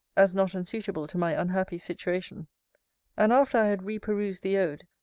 as not unsuitable to my unhappy situation and after i had re-perused the ode,